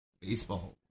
baseball